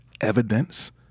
evidence